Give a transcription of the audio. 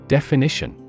Definition